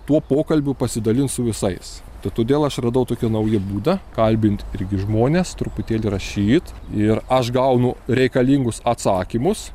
tuo pokalbiu pasidalint su visais tai todėl aš radau tokią naują būdą kalbint irgi žmones truputėlį rašyt ir aš gaunu reikalingus atsakymus